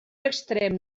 extrem